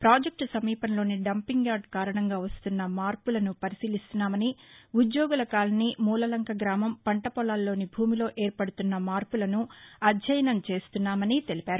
project సమీపంలోని dumping yard కారణంగా వస్తున్న మార్పులను పరిశీలిస్తున్నామని ఉద్యోగుల కాలనీ మూలలంక గ్రామం పంట పొలాల్లోని భూమిలో ఏర్పడుతున్న మార్పులను అధ్యయనం చేస్తున్నామని తెలిపారు